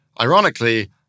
Ironically